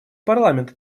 парламент